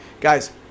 Guys